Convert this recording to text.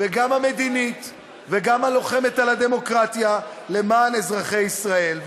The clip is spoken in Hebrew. וגם המדינית וגם הלוחמת על הדמוקרטיה למען אזרחי ישראל.